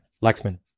Lexman